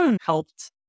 helped